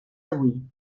avui